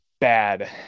bad